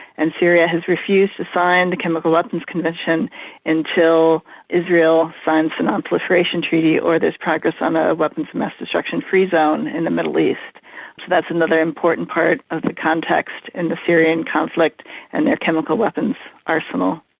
and syria has refused to sign the chemical weapons convention until israel signs the non-proliferation treaty or there's progress on a weapons of mass destruction free zone in the middle east. so that's another important part of the context in the syrian conflict and their chemical weapons arsenal.